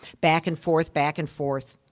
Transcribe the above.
back and forth, back and forth.